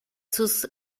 sus